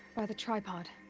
by the tripod.